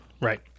right